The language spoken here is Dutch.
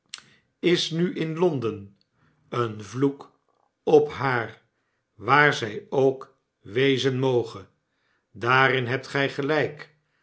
is nu in londen een vloek op haar waar zij ook wezen moge daarin hebt gij gelijk